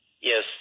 Yes